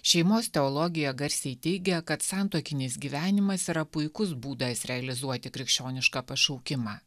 šeimos teologija garsiai teigia kad santuokinis gyvenimas yra puikus būdas realizuoti krikščionišką pašaukimą